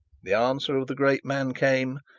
the answer of the great man came,